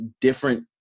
different